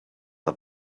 are